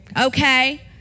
Okay